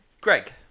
Greg